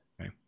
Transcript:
Okay